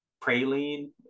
praline